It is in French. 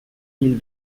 mille